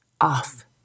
off